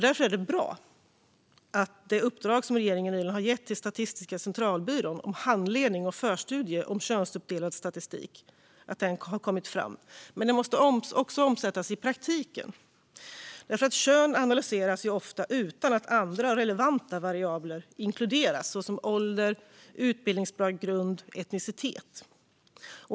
Därför är det bra att regeringen nyligen har gett ett uppdrag till Statistiska centralbyrån om handledning av och en förstudie om könsuppdelad statistik. Men statistiken måste också omsättas i praktiken. Kön analyseras ofta utan att andra relevanta variabler inkluderas, såsom ålder, utbildningsbakgrund och etnicitet.